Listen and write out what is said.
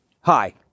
Hi